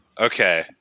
Okay